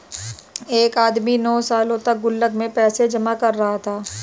एक आदमी नौं सालों तक गुल्लक में पैसे जमा कर रहा था